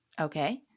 Okay